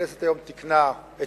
הכנסת תיקנה היום,